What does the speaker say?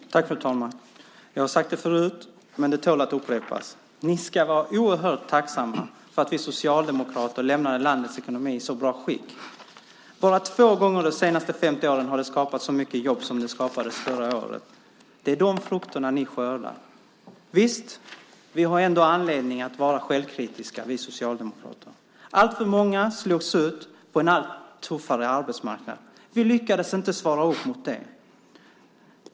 Fru talman! Jag har sagt det förut, men det tål att upprepas: Ni ska vara oerhört tacksamma för att vi socialdemokrater lämnade landets ekonomi i så bra skick. Bara två gånger de senaste 50 åren har det skapats så många jobb som det skapades förra året. Det är de frukterna ni skördar. Visst har vi socialdemokrater ändå anledning att vara självkritiska. Alltför många slogs ut på en allt tuffare arbetsmarknad. Vi lyckades inte svara upp mot det.